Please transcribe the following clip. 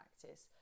practice